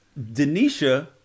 denisha